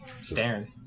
Staring